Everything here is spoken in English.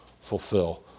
fulfill